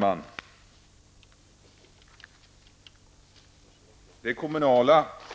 Fru talman!